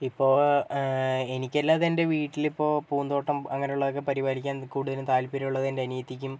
ഇപ്പോൾ എനിക്കല്ലാതെ എൻ്റെ വീട്ടിലിപ്പോൾ പൂന്തോട്ടം അങ്ങനുള്ളതൊക്കെ പരിപാലിക്കാൻ കൂടുതലും താൽപ്പര്യമുള്ളത് എൻ്റെ അനിയത്തിക്കും